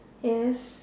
yes